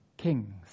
kings